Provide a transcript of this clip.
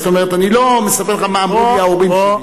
זאת אומרת, אני לא מספר לך מה אמרו לי ההורים שלי.